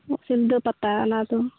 ᱥᱤᱞᱫᱟᱹ ᱯᱟᱛᱟ ᱚᱱᱟ ᱫᱚ